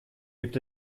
gibt